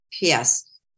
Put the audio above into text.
yes